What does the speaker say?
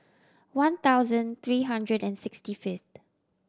one thousand three hundred and sixty fifth